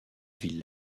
ville